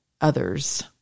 others